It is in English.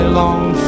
long